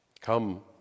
come